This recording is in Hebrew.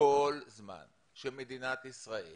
שמדינת ישראל